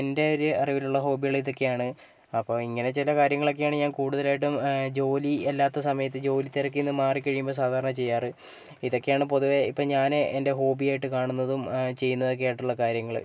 എന്റെ ഒരു അറിവിലുള്ള ഹോബികൾ ഇതൊക്കെയാണ് അപ്പോൾ ഇങ്ങനെ ചില കാര്യങ്ങളൊക്കെയാണ് ഞാൻ കൂടുതലായിട്ടും ജോലി അല്ലാത്ത സമയത്ത് ജോലിത്തിരക്കീന്ന് മാറിക്കഴിയുമ്പോൾ സാധാരണ ചെയ്യാറ് ഇതൊക്കെയാണ് പൊതുവേ ഇപ്പോൾ ഞാൻ എന്റെ ഹോബിയായിട്ട് കാണുന്നതും ചെയ്യുന്നതും ഒക്കെയായിട്ടുള്ള കാര്യങ്ങൾ